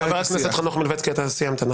חבר הכנסת חנוך מלביצקי, אתה סיימת?